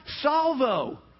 salvo